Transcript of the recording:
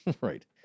Right